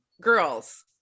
girls